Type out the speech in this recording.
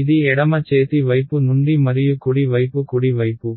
ఇది ఎడమ చేతి వైపు నుండి మరియు కుడి వైపు కుడి వైపు